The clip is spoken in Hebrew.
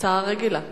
הצעה רגילה.